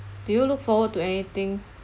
do you look forward to anything